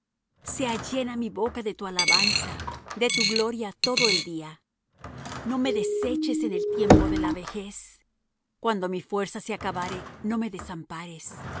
sea llena mi boca de tu alabanza de tu gloria todo el día no me deseches en el tiempo de la vejez cuando mi fuerza se acabare no me desampares